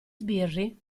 sbirri